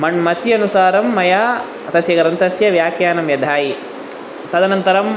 मण् मत्यनुसारं मया तस्य ग्रन्थस्य व्याख्यानं व्यधायि तदनन्तरम्